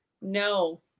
No